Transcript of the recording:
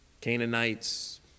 Canaanites